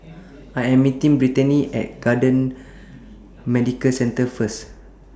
I Am meeting Brittanie At Camden Medical Centre First